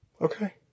Okay